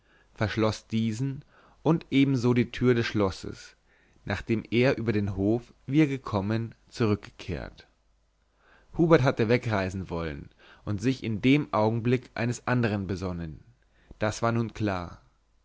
verschloß diesen und ebenso die tür des schlosses nachdem er über den hof wie er gekommen zurückgekehrt hubert hatte wegreisen wollen und sich in dem augenblick eines andern besonnen das war nun klar